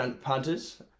punters